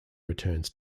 returns